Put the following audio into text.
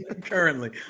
Currently